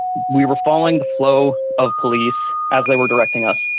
we were following the flow of police as they were directing us.